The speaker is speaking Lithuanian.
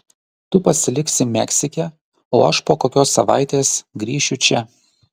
tu pasiliksi meksike o aš po kokios savaitės grįšiu čia